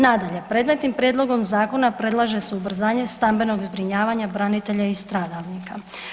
Nadalje, predmetnim prijedlogom zakona predlaže se ubrzanje stambenog zbrinjavanja branitelja i stradalnika.